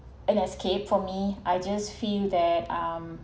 an escape for me I just feel that um